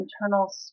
internal